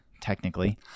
Technically